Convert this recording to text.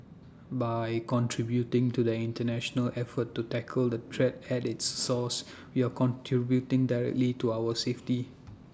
by contributing to the International effort to tackle the threat at its source we are contributing directly to our safety